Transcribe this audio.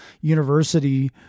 university